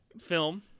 film